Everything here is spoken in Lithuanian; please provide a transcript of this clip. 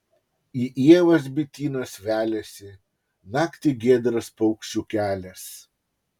į ievas bitynas veliasi naktį giedras paukščių kelias